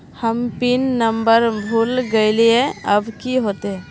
हम pin number भूल गलिऐ अब की होते?